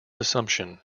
assumption